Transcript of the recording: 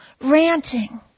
ranting